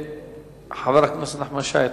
חבר הכנסת נחמן שי,